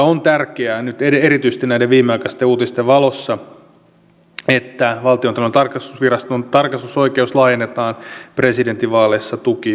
on tärkeää nyt erityisesti näiden viimeaikaisten uutisten valossa että valtiontalouden tarkastusviraston tarkastusoikeus laajennetaan presidentinvaaleissa tukiyhdistyksiin